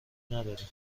نداریم